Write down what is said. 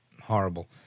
Horrible